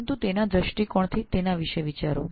પરંતુ તેઓના દ્રષ્ટિ કોણથી વિચારો